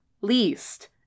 least